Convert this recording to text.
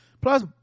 Plus